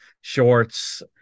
shorts